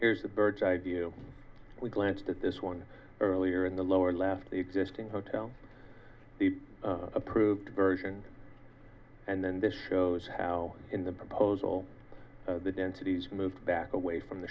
here's the bird's eye view we glanced at this one earlier in the lower left existing hotel the approved version and then this shows how in the proposal the densities moved back away from the